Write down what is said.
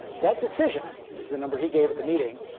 that decision this is the number he gave at the meeting.